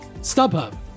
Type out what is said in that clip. StubHub